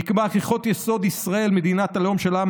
נקבע כי חוק-יסוד: ישראל מדינת הלאום של העם